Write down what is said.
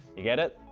you get it?